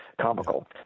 comical